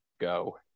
go